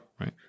right